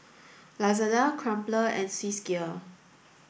Lazada Crumpler and Swissgear